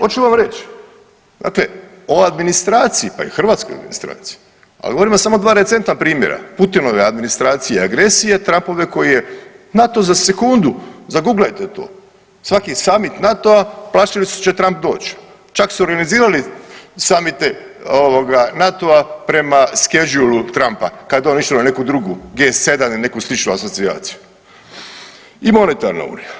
Oću vam reć, znate ova administracija, pa i hrvatska administracija, ali govorimo samo o dva recentna primjera Putinove administracije i agresije i Trumpove koji je NATO za sekundu, zaguglajte to, svaki samit NATO-a plaćali su hoće li Trump doć, čak su organizirali samite ovoga NATO-a prema skedželu Trumpa kad bi on išao na neku drugu GS7 ili neku sličnu asocijaciju i monetarna unija.